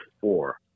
four